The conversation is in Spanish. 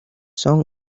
son